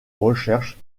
recherches